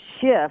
shift